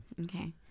Okay